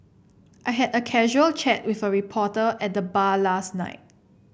I had a casual chat with a reporter at the bar last night